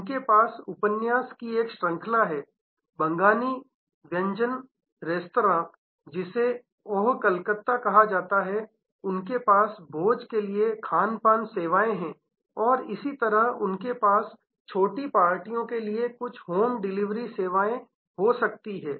उनके पास उपन्यास की एक श्रृंखला है बंगाली व्यंजन रेस्तरां जिसे ओह कलकत्ता कहा जाता है उनके पास भोज के लिए खानपान सेवाएं हैं और इसी तरह उनके पास छोटी पार्टियों के लिए कुछ होम डिलीवरी सेवाएं हो सकती हैं